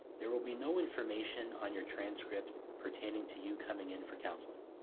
there will be no information on your transcript pertaining to you coming in for counselling.